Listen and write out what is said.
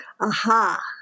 Aha